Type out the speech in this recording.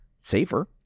safer